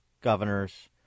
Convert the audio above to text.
governors